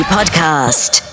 Podcast